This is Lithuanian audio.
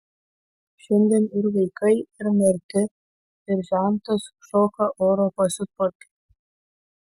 šiandien ir vaikai ir marti ir žentas šoka oro pasiutpolkę